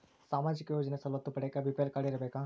ಸಾಮಾಜಿಕ ಯೋಜನೆ ಸವಲತ್ತು ಪಡಿಯಾಕ ಬಿ.ಪಿ.ಎಲ್ ಕಾಡ್೯ ಇರಬೇಕಾ?